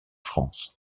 france